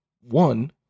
one